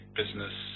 business